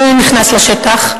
והוא נכנס לשטח,